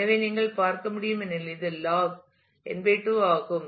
எனவே நீங்கள் பார்க்க முடியும் எனில் இது லாக் n 2 ஆகும்